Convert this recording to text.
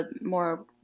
more